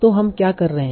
तो हम क्या कर रहे हैं